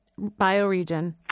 bioregion